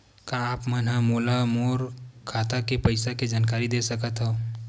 का आप मन ह मोला मोर खाता के पईसा के जानकारी दे सकथव?